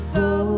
go